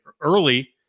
early